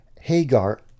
Hagar